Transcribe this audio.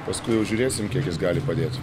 paskui jau žiūrėsim kiek jis gali padėt